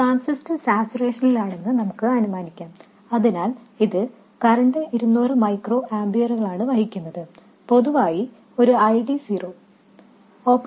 transistor സാച്ചുറേഷനിൽ ആണെന്ന് നമുക്ക് അനുമാനിക്കാം അതിനാൽ ഇത് കറൻറ് ഇരുനൂറ് മൈക്രോ ആമ്പിയറുകളാണ് വഹിക്കുന്നത് പൊതുവായി ഒരു I D 0